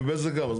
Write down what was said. ובזק גם.